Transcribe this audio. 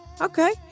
Okay